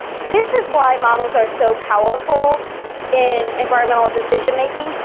this is why models are so powerful in environment-decision making,